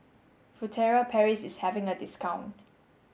Furtere Paris is having a discount